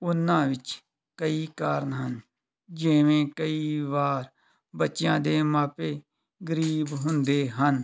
ਉਹਨਾਂ ਵਿੱਚ ਕਈ ਕਾਰਨ ਹਨ ਜਿਵੇਂ ਕਈ ਵਾਰ ਬੱਚਿਆਂ ਦੇ ਮਾਪੇ ਗਰੀਬ ਹੁੰਦੇ ਹਨ